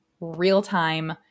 real-time